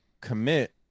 commit